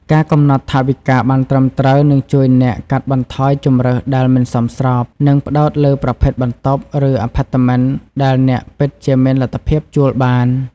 ការកំណត់ថវិកាបានត្រឹមត្រូវនឹងជួយអ្នកកាត់បន្ថយជម្រើសដែលមិនសមស្រប និងផ្ដោតលើប្រភេទបន្ទប់ ឬអាផាតមិនដែលអ្នកពិតជាមានលទ្ធភាពជួលបាន។